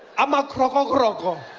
ama kroko kroko.